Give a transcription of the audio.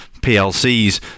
PLCs